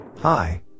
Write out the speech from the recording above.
Hi